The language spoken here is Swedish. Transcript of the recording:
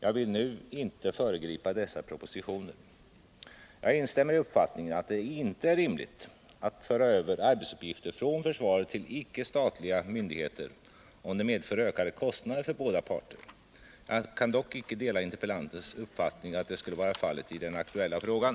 Jag vill inte nu föregripa dessa propositioner. Jag instämmer i uppfattningen att det inte är rimligt att föra över arbetsuppgifter från försvaret till icke-statliga myndigheter, om det medför ökade kostnader för båda parter. Jag kan dock inte dela interpellantens uppfattning att det skulle vara fallet i den aktuella frågan.